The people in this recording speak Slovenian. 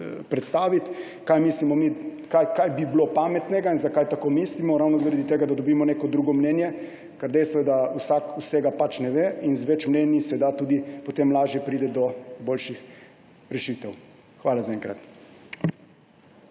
predstavit, kaj mislimo mi, kaj bi bilo pametno in zakaj tako mislimo, ravno zaradi tega da dobimo neko drugo mnenje. Ker dejstvo je, da vsak vsega ne ve in z več mnenji se da tudi potem lažje priti do boljših rešitev. Hvala za enkrat.